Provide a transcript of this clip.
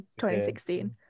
2016